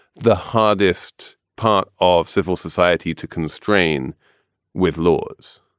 the hardest part of civil society to constrain with laws.